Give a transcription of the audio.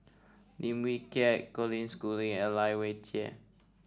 Lim Wee Kiak Colin Schooling and Lai Weijie